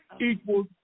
equals